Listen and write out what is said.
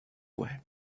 way